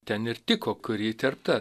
ten ir tiko kur ji įterpta